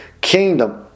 kingdom